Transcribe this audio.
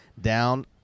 down